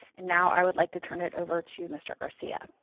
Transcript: and now i would like to turn it over to mr. garcia.